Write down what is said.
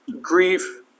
grief